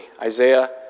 Isaiah